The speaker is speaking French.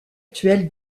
actuel